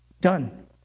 done